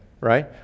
Right